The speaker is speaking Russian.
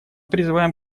призываем